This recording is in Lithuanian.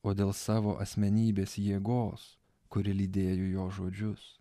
o dėl savo asmenybės jėgos kuri lydėjo jo žodžius